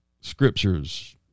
scriptures